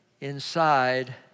inside